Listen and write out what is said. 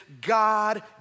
God